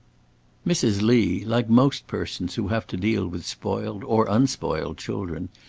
mrs. lee, like most persons who have to deal with spoiled or unspoiled children,